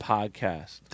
podcast